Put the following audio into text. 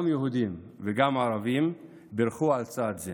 גם יהודים וגם ערבים, בירכו על צעד זה